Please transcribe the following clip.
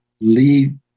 lead